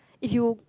if you